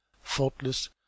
faultless